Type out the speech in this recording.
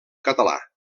català